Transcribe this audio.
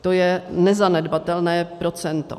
To je nezanedbatelné procento.